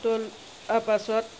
তল তাৰ পাছত